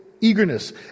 eagerness